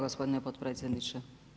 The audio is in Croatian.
gospodine potpredsjedniče.